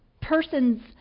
persons